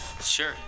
Sure